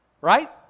Right